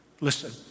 Listen